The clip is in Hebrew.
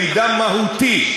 מידע מהותי,